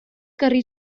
gyrru